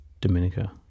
dominica